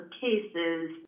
cases